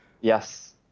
Yes